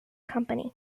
company